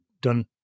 done